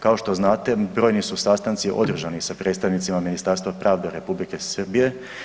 Kao što znate brojni su sastanci održani sa predstavnicima Ministarstva pravde Republike Srbije.